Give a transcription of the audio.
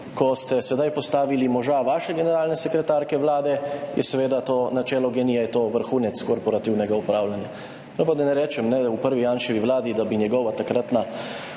Ko ste sedaj postavili moža vaše generalne sekretarke Vlade, seveda na čelo GEN-I, je to vrhunec korporativnega upravljanja. No, pa da ne rečem, da bi bila v prvi Janševi vladi njegova takratna